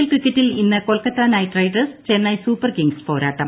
L ക്രിക്കറ്റിൽ ഇന്ന് Kolkata Knight Riders Chennai Super Kings പോരാട്ടം